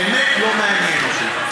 באמת לא מעניין אותי.